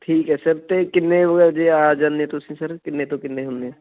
ਠੀਕ ਹੈ ਸਰ ਅਤੇ ਕਿੰਨੇ ਕ ਵਜੇ ਆ ਜਾਨੇ ਤੁਸੀਂ ਸਰ ਕਿੰਨੇ ਤੋਂ ਕਿੰਨੇ ਹੁੰਨੇ ਆ